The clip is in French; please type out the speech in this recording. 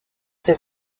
ses